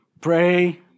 pray